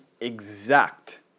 exact